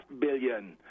billion